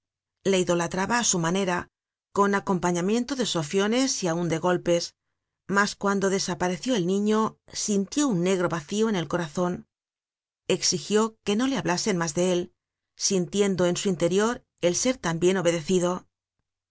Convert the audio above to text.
le idolatraba á su manera con acompañamiento de sofiones y aun de golpes mas cuando desapareció el niño sintió un negro vacío en el corazon exigió que no le hablasen mas de él sintiendo en su interior el ser tan bien obedecido